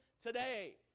today